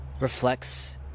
reflects